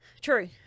True